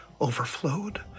overflowed